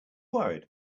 worried